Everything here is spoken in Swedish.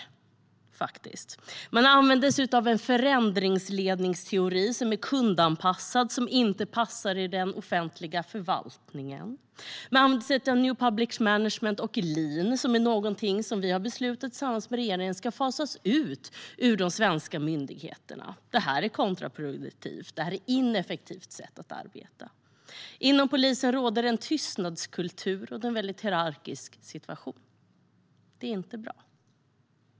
Man använder sig av en förändringsledningsteori som är kundanpassad, som inte passar i den offentliga förvaltningen. New public management och lean är någonting som vi tillsammans med regeringen har beslutat ska fasas ut ur de svenska myndigheterna. Det här är kontraproduktivt. Det är ett ineffektivt sätt att arbeta på. Inom polisen råder det en tystnadskultur, och det är en väldigt hierarkisk situation. Det är inte bra.